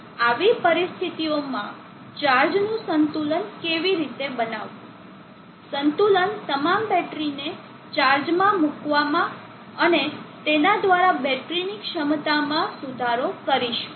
તેથી આવી પરિસ્થિતિઓમાં ચાર્જનું સંતુલન કેવી રીતે બનાવવું સંતુલન તમામ બેટરીને ચાર્જ માં મૂકવામાં અને તેના દ્વારા બેટરીની ક્ષમતામાં સુધારો કરીશું